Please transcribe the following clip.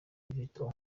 vital’o